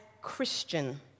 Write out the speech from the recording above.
Christian